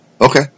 Okay